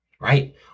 Right